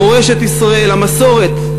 מורשת ישראל, המסורת.